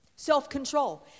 Self-control